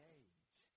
age